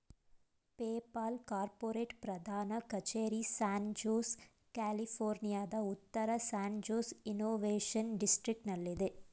PayPal corporate ಪ್ರಧಾನ ಕಚೇರಿ San Jose, ಕ್ಯಾಲಿಫೋರ್ನಿಯಾದ ಉತ್ತರ ಸ್ಯಾನ್ ಜೋಸ್ ಇನ್ನೋವೇಶನ್ ಡಿಸ್ಟ್ರಿಕ್ಟನಲ್ಲಿದೆ